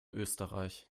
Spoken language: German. österreich